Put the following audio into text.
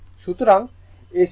সুতরাং AC তে শক DC চেয়ে বেশি হবে